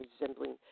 resembling